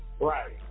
Right